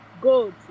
Gold